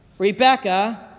Rebecca